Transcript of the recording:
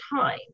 time